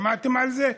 שמעתם על זה?